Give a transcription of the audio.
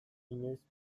inoiz